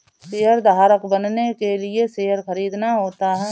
शेयरधारक बनने के लिए शेयर खरीदना होता है